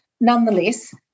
nonetheless